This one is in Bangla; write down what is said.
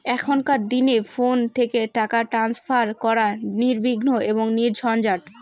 এখনকার দিনে ফোন থেকে টাকা ট্রান্সফার করা নির্বিঘ্ন এবং নির্ঝঞ্ঝাট